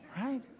Right